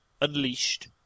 Unleashed